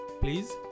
Please